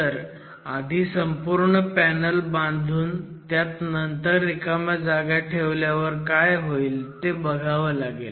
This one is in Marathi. तर आधी संपूर्ण पॅनल बांधून त्यात नंतर रिकाम्या जागा ठेवल्यावर काय होईल ते बघावं लागेल